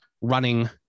running